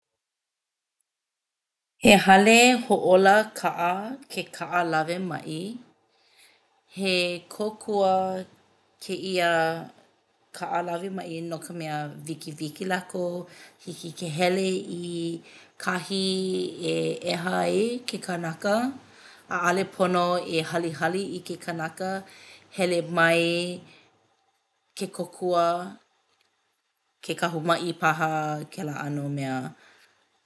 He hale hōʻola kaʻa ke kaʻa lawe maʻi. He kōkua kēia kaʻa lawe maʻi no ka mea wikiwiki lākou hiki ke hele i kahi e ʻeha ai ke kanaka. ʻAʻale pono e halihali i ke kanaka, hele mai ke kōkua, ke kahu maʻi paha kēlā ʻano mea.